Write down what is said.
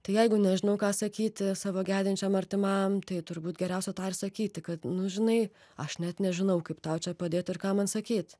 tai jeigu nežinau ką sakyti savo gedinčiam artimam tai turbūt geriausia sakyti kad nu žinai aš net nežinau kaip tau čia padėt ir ką man sakyt